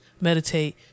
meditate